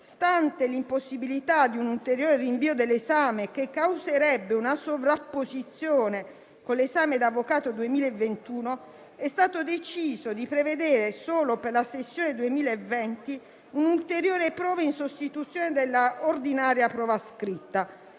Stante l'impossibilità di un ulteriore rinvio dell'esame, che causerebbe una sovrapposizione con l'esame da avvocato 2021, è stato deciso di prevedere solo per la sessione 2020 un'ulteriore prova in sostituzione dell'ordinaria prova scritta.